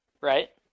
right